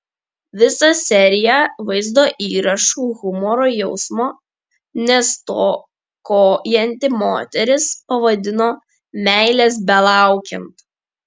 visą seriją vaizdo įrašų humoro jausmo nestokojanti moteris pavadino meilės belaukiant